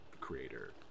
creator